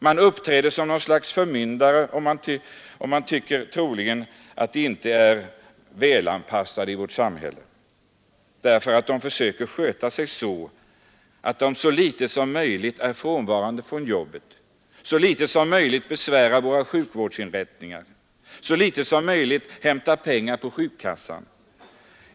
Man uppträder som något slags förmyndare och tycker troligen att de här människorna inte är välanpassade i vårt samhälle därför att de försöker sköta sig så att de så litet som möjligt är frånvarande från jobbet, så litet som möjligt besvärar våra sjukvårdsinrättningar och så litet som möjligt hämtar pengar på sjukkassan.